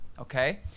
Okay